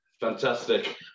Fantastic